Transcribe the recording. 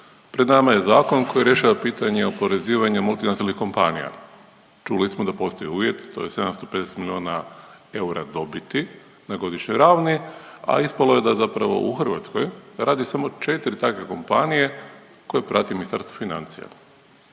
Pred nama je zakon koji rješava pitanje oporezivanja multinacionalnih kompanija. Čuli smo da postoji uvjet, tj. 750 milijuna eura dobiti na godišnjoj razini, a ispalo je da zapravo u Hrvatskoj radi samo četiri takve kompanije koje prati Ministarstvo financija.